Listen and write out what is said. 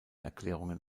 erklärungen